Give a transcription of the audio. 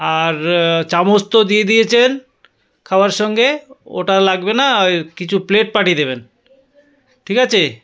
আর চামচ তো দিয়ে দিয়েছেন খাবার সঙ্গে ওটা আর লাগবে না ওই কিছু প্লেট পাঠিয়ে দেবেন ঠিক আছে